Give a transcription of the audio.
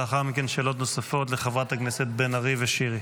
לאחר מכן, שאלות נוספות לחברי הכנסת בן ארי ושירי.